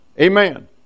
Amen